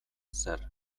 zer